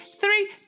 three